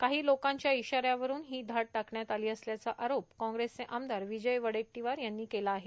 काही लोकांच्या इशाऱ्यावरून ही धाड टाकण्यात आली असल्याचा आरोप कांग्रेसचे आमदार विजय वडेट्टीवार यांनी केलं आहे